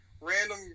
random